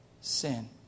sin